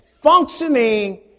functioning